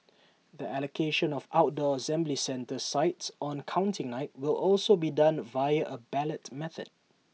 the allocation of outdoor assembly centre sites on counting night will also be done via A ballot method